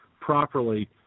properly